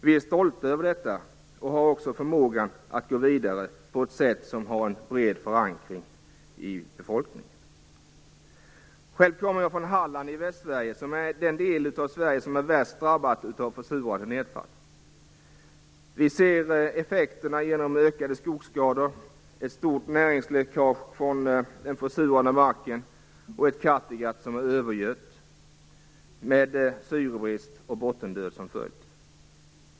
Vi är stolta över detta, och vi har också förmågan att gå vidare på ett sätt som har en bred förankring hos befolkningen. Själv kommer jag från Halland i Västsverige. Det är den del av Sverige som är värst drabbad av försurande nedfall. Vi ser effekterna genom ökade skogsskador, ett stort näringsläckage från den försurade marken och ett Kattegatt som är övergött, med syrebrist och bottendöd som följd.